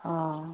हँ